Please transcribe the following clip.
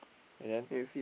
and then